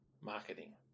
marketing